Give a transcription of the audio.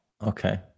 okay